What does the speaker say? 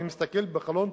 אני מסתכל דרך החלון,